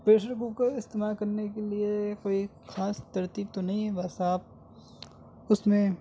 pressure cooker استعمال کر نے کے لیے کوئی خاص ترتیب تو نہیں ہے بس آپ اس میں